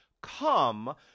come